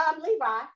Levi